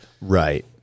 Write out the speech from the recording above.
right